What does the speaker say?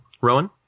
Rowan